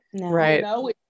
Right